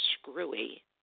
screwy